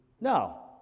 No